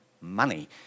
money